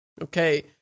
Okay